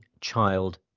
child